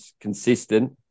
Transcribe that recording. consistent